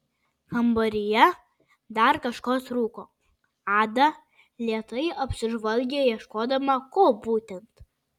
kambaryje dar kažko trūko ada lėtai apsižvalgė ieškodama ko būtent